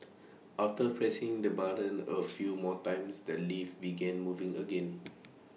after pressing the button A few more times the lift began moving again